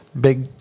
big